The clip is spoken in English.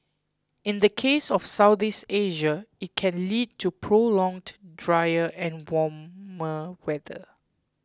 in the case of Southeast Asia it can lead to prolonged drier and warmer weather